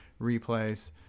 replays